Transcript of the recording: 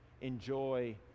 Enjoy